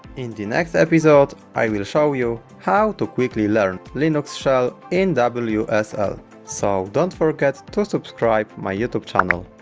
in the next episode i will show you how to quickly learn linux shell in wsl so don't forget to subscribe my youtube channel